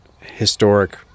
historic